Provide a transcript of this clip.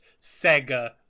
Sega